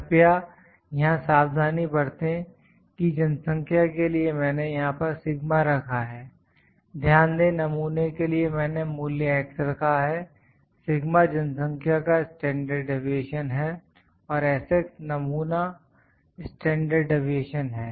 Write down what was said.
कृपया यहां सावधानी बरतें कि जनसंख्या के लिए मैंने यहां पर सिगमा रखा है ध्यान दें नमूने के लिए मैंने मूल्य x रखा है सिगमा जनसंख्या का स्टैंडर्ड डिवीएशन है और s x नमूना स्टैंडर्ड डिवीएशन है